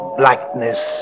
blackness